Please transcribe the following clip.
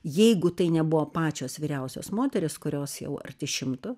jeigu tai nebuvo pačios vyriausios moterys kurios jau arti šimto